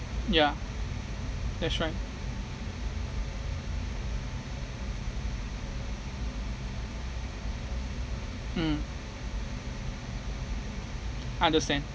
ya that's right mm understand